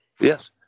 yes